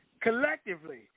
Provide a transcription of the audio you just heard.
Collectively